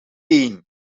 één